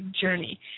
journey